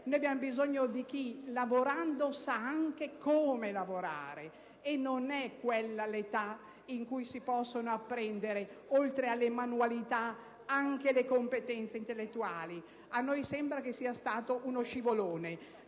Noi abbiamo bisogno di chi, lavorando, sappia anche come lavorare e non è quella l'età in cui si possano apprendere, oltre alle manualità, anche le competenze intellettuali. A noi sembra che questo sia stato uno scivolone.